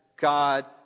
God